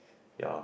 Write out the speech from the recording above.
ya